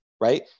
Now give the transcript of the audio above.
right